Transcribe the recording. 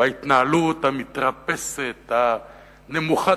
בהתנהלות המתרפסת, נמוכת הקומה.